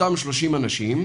אותם 30 אנשים,